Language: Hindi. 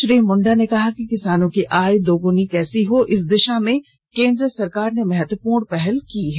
श्री मुंडा ने कहा कि किसानों की आय दोगुनी कैसे हो इस दिषा में केंद्र सरकार ने महत्वपूर्ण पहल की है